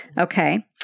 okay